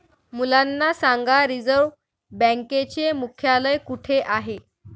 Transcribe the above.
मुलांना सांगा रिझर्व्ह बँकेचे मुख्यालय कुठे आहे